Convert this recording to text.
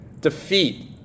defeat